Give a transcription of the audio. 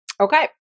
Okay